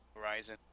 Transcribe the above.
Horizon